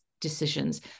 decisions